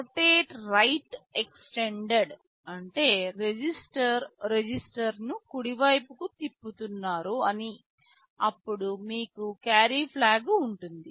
rotate right extended అంటే register register ను కుడివైపుకు తిప్పుతున్నారు అని అప్పుడు మీకు క్యారీ ఫ్లాగ్ ఉంటుంది